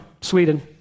Sweden